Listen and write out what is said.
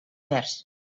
verds